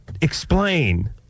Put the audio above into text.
explain